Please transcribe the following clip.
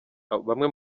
bamwe